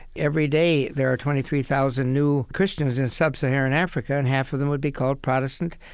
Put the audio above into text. every day there are twenty three thousand new christians in sub-saharan africa, and half of them would be called protestant,